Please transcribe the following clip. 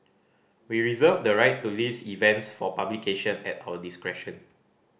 we reserve the right to list events for publication at our discretion